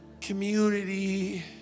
community